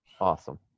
Awesome